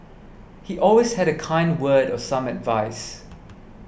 he always had a kind word or some advice